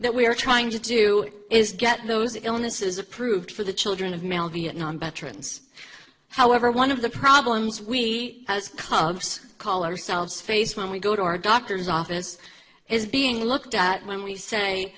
that we are trying to do is get those illnesses approved for the children of male vietnam veterans however one of the problems we has cubs call ourselves face when we go to our doctor's office is being looked at when we say